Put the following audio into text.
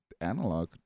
analog